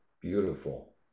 beautiful